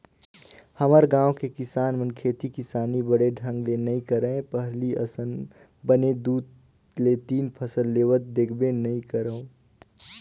हमर गाँव के किसान मन खेती किसानी बने ढंग ले नइ करय पहिली असन बने दू ले तीन फसल लेवत देखबे नइ करव